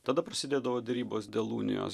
tada prasidėdavo derybos dėl unijos